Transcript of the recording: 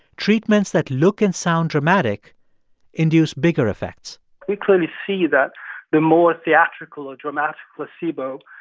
treatments that look and sound dramatic induce bigger effects we clearly see that the more theatrical or dramatic placebo,